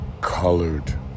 colored